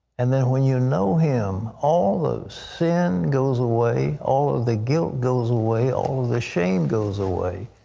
and then when you know him, all the sin goes away, all of the guilt goes away, all of the shame goes away.